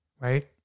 Right